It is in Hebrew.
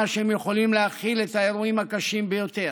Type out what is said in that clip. שהם יכולים להכיל את האירועים הקשים ביותר.